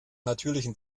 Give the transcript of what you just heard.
natürlichen